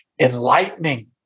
Enlightening